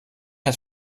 hat